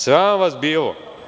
Sram vas bilo.